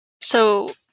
So-